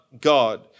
God